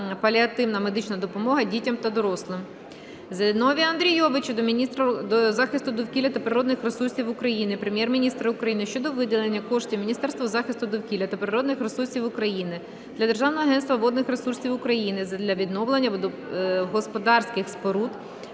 паліативна медична допомога дітям та дорослим". Зіновія Андрійовича до міністра захисту довкілля та природних ресурсів України, Прем'єр-міністра України щодо виділення коштів Міністерству захисту довкілля та природних ресурсів України (для Державного агентства водних ресурсів України) задля відновлення водогосподарських споруд